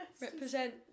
Represent